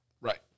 Right